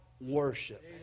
worship